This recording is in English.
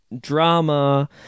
drama